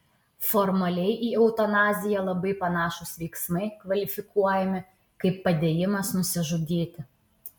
formaliai į eutanaziją labai panašūs veiksmai kvalifikuojami kaip padėjimas nusižudyti